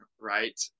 right